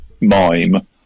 mime